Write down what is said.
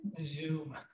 Zoom